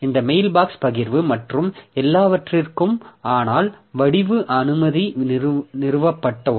இந்த மெயில்பாக்ஸ் பகிர்வு மற்றும் எல்லாவற்றிற்கும் ஆனால் வடிவ அனுமதி நிறுவப்பட்டவுடன்